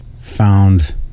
found